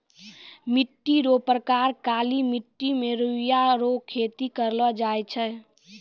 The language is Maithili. मिट्टी रो प्रकार काली मट्टी मे रुइया रो खेती करलो जाय छै